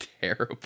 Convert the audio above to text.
terrible